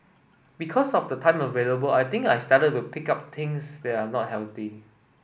because of the time available I think I started to pick up things that are not healthy